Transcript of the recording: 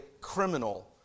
criminal